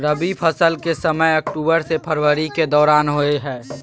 रबी फसल के समय अक्टूबर से फरवरी के दौरान होय हय